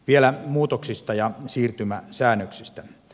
vielä muutoksista ja siirtymäsäännöksistä